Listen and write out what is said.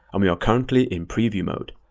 um you're currently in preview mode.